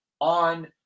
on